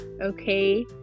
okay